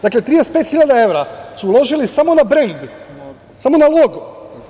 Dakle, 35.000 evra su uložili samo na brend, samo na logo.